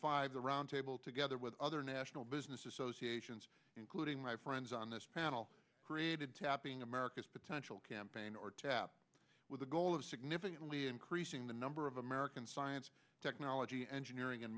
five the roundtable together with other national business associations including my friends on this panel created tapping america's potential campaign or tab with a goal of significantly increasing the number of american science technology engineering and